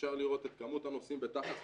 אפשר לראות את כמות הנוסעים בתח"צ.